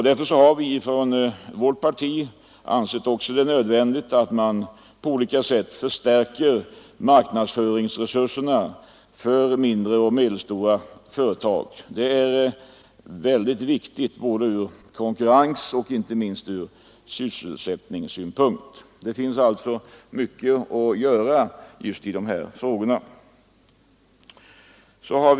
Därför har vi från vårt parti också ansett det vara nödvändigt att på olika sätt stärka marknadsföringsresurserna för mindre och medelstora företag. Det är mycket viktigt från både konkurrensoch sysselsättningssynpunkt att så sker. I de frågorna finns det mycket att göra.